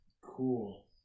Cool